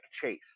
chase